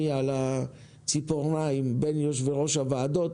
על הציפורניים בין יושבי ראש הוועדות,